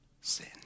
sin